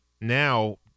Now